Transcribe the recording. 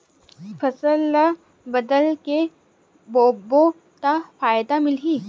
फसल ल बदल के बोबो त फ़ायदा मिलही?